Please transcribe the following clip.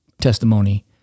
testimony